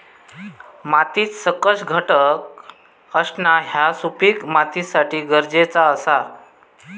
मातीत सकस घटक असणा ह्या सुपीक मातीसाठी गरजेचा आसा